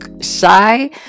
shy